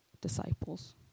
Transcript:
disciples